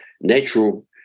Natural